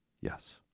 Yes